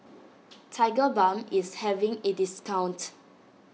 Tigerbalm is having a discount